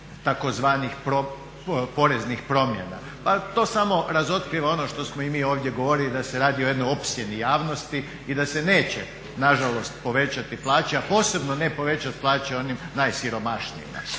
nakon tzv. poreznih promjena. Pa to samo razotkriva ono što smo i mi ovdje govorili da se radi o jednoj opsjeni javnosti i da se neće nažalost povećati plaće a posebno ne povećati plaće onim najsiromašnijima.